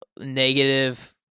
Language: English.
negative